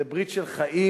זו ברית של חיים,